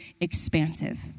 expansive